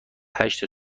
هشت